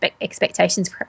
expectations